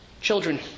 children